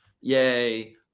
yay